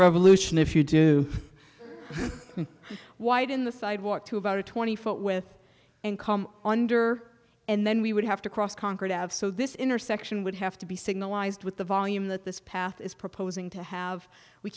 revolution if you do wide in the sidewalk to about a twenty foot with and come under and then we would have to cross concord have so this intersection would have to be signalized with the volume that this path is proposing to have we